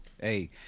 Hey